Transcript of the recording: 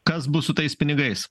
kas bus su tais pinigais